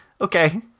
Okay